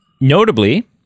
Notably